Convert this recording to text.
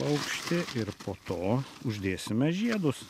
aukštį ir po to uždėsime žiedus